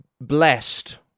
blessed